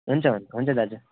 हुन्छ हुन्छ दाजु